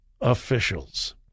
officials